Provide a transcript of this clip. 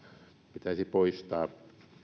pitäisi poistaa